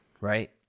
right